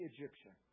Egyptian